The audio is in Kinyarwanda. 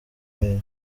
meyer